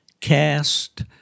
cast